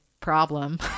problem